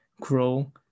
grow